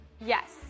Yes